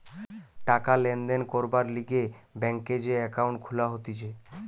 টাকা লেনদেন করবার লিগে ব্যাংকে যে একাউন্ট খুলা হতিছে